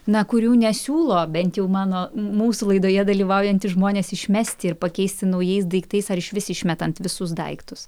na kurių nesiūlo bent jau mano mūsų laidoje dalyvaujantys žmonės išmesti ir pakeisti naujais daiktais ar išvis išmetant visus daiktus